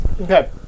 Okay